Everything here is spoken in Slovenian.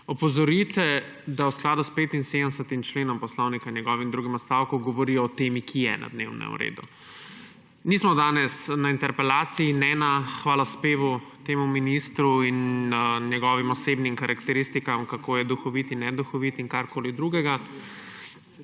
opozorite, da v skladu s 75. členom Poslovnika in njegovim drugem odstavkom govorijo o temi, ki je na dnevnem redu. Mi smo danes na interpelaciji, ne na hvalospevu temu ministru in njegovim osebnim karakteristikam, kako je duhovit in neduhovit in karkoli drugega.